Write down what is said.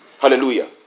Hallelujah